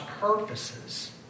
purposes